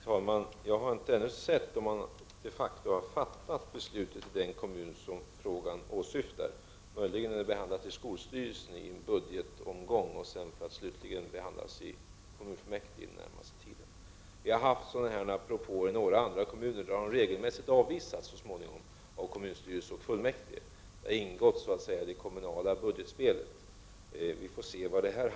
Herr talman! Jag vet ännu inte om man de facto har fattat beslut i den kommun som frågan åsyftar. Möjligen har frågan behandlats i skolstyrelsen vid en budgetomgång och skall sedan behandlas slutligt i kommunfullmäktige under den närmaste tiden. Liknande propåer har förekommit i några andra kommuner där de regelmässigt har avvisats så småningom av kommunstyrelsen och fullmäktige. Det har så att säga ingått i det kommunala spelet. Vi får se var detta hamnar.